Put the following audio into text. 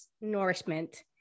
Nourishment